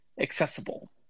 accessible